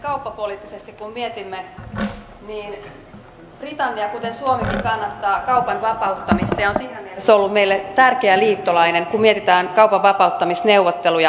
esimerkiksi kauppapoliittisesti kun mietimme niin britannia kuten suomikin kannattaa kaupan vapauttamista ja on siinä mielessä ollut meille tärkeä liittolainen kun mietitään kaupan vapauttamisneuvotteluja